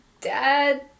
Dad